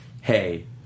hey